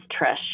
Trish